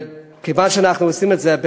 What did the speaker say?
כיוון שאנחנו עושים את זה,